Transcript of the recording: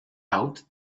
out